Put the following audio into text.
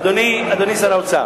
אדוני שר האוצר,